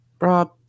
Rob